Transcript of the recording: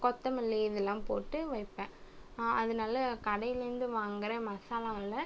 கொத்தமல்லி இதெலாம் போட்டு வைப்பேன் அதனால கடையிலேருந்து வாங்கிற மசாலாவில்